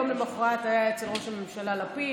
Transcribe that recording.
יום למוחרת היה אצל ראש הממשלה לפיד,